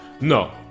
No